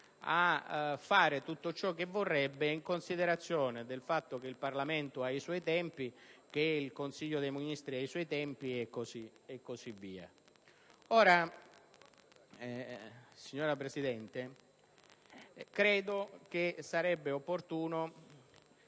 a fare tutto ciò che vorrebbe in considerazione del fatto che il Parlamento ha i suoi tempi, che il Consiglio dei ministri ha i suoi tempi e così via. In proposito, signora Presidente, credo sarebbe opportuno